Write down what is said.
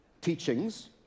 teachings